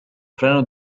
freno